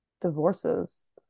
divorces